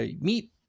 meet